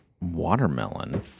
Watermelon